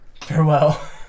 farewell